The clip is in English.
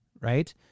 right